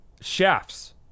chefs